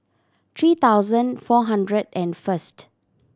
three thousand four hundred and first